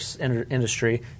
industry